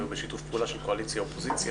בשיתוף פעולה של קואליציה ואופוזיציה,